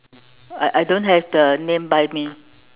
I I don't have the name buy me